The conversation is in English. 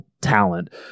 talent